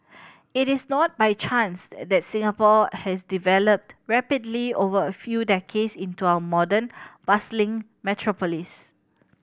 it is not by chance that Singapore has developed rapidly over a few decades into our modern bustling metropolis